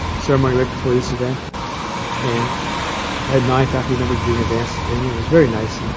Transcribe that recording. ceremony right before this event and had nine faculty members being advanced to tenure. it was very nice.